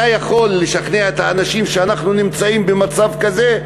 אתה יכול לשכנע את האנשים שאנחנו נמצאים במצב כזה,